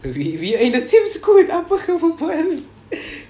we we are in the same school apa kau berbual